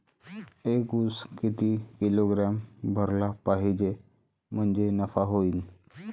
एक उस किती किलोग्रॅम भरला पाहिजे म्हणजे नफा होईन?